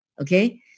okay